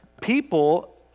people